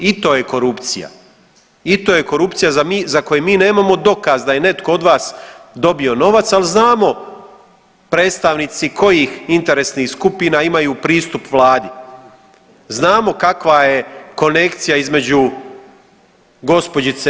I to je korupcija i to je korupcija za koje mi nemamo dokaz da je netko od vas dobio novac, al znamo predstavnici kojih interesnih skupina imaju pristup vladi, znamo kakva je konekcija između gđice.